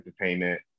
Entertainment